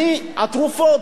התרופות,